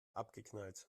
abgeknallt